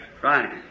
Right